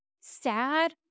sad